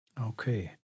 Okay